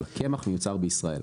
אבל קמח מיוצר בישראל.